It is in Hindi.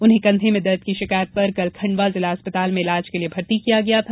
उन्हें कंधे में दर्द की शिकायत पर कल खंडवा जिला अस्पताल में इलाज के लिए भर्ती किया गया था